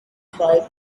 cried